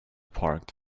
parked